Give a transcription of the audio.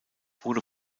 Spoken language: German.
wurde